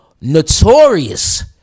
notorious